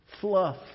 fluff